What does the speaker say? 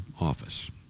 office